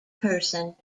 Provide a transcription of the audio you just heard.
person